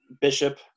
bishop